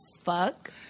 fuck